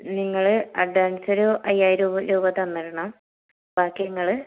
നിങ്ങൾ അഡ്വാൻസ് ഒരു അയ്യായിരം രൂപ തന്നിടണം ബാക്കി നിങ്ങൾ